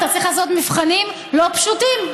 אתה צריך לעשות מבחנים לא פשוטים,